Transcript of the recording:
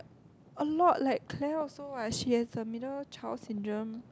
a lot like Claire also what she has a middle child syndrome